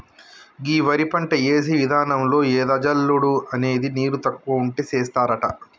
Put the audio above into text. గీ వరి పంట యేసే విధానంలో ఎద జల్లుడు అనేది నీరు తక్కువ ఉంటే సేస్తారట